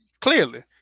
clearly